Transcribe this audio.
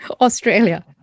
Australia